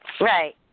Right